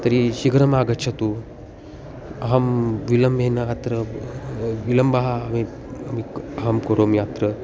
तर्हि शीघ्रम् आगच्छतु अहं विलम्बेन अत्र विलम्बः अहं अहं करोमि अत्र